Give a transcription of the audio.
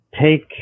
take